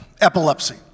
epilepsy